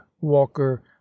Walker